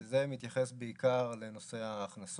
שזה מתייחס בעיקר לנושא ההכנסות.